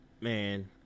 man